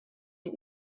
die